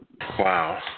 Wow